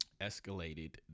escalated